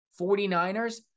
49ers